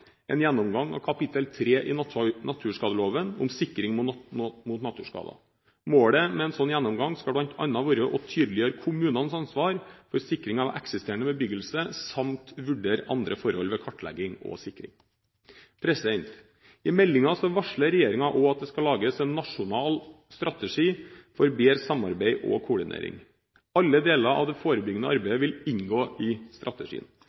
en gjennomgang av kap. 3 i naturskadeloven, om sikring mot naturskader. Målet med en slik gjennomgang skal bl.a. være å tydeliggjøre kommunenes ansvar for sikring av eksisterende bebyggelse samt vurdere andre forhold ved kartlegging og sikring. I meldingen varsler regjeringen også at det skal lages en nasjonal strategi for bedre samarbeid og koordinering. Alle deler av det forebyggende arbeidet vil inngå i strategien: